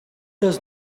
does